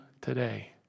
today